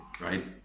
right